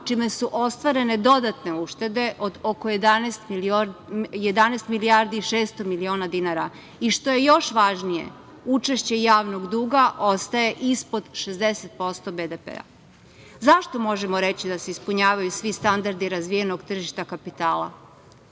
čime su ostvarene dodatne uštede od oko 11 milijardi i 600 miliona dinara. I što je još važnije, učešće javnog duga ostaje ispod 60% BDP-a.Zašto možemo reći da se ispunjavaju svi standardi razvijenog tržišta kapitala?